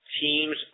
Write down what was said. teams